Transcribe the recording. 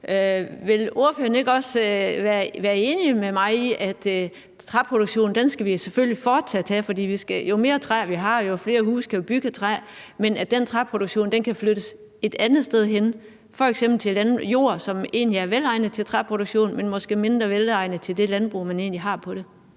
Vil ordføreren ikke også være enig med mig i, at træproduktionen skal vi jo selvfølgelig fortsat have? For jo flere træer vi har, jo flere huse kan vi bygge af træ, men den træproduktion kan flyttes et andet sted hen, f.eks. til en anden jord, som egentlig er velegnet til træproduktion, men måske mindre velegnet til det landbrug, som man har på det.